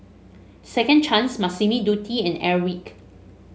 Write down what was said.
Second Chance Massimo Dutti and Airwick